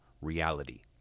reality